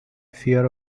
fear